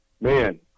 man